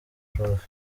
prof